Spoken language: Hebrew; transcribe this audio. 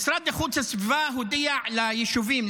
המשרד לאיכות הסביבה הודיע ליישובים,